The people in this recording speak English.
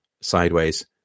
sideways